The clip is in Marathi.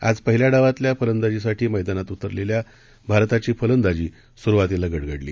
आजपहिल्याडावातल्याफलंदाजीसाठीमैदानातउतरलेल्याभारताचीफलंदाजीसुरवातीलागडगडली